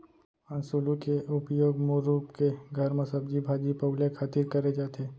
हँसुली के उपयोग मूल रूप के घर म सब्जी भाजी पउले खातिर करे जाथे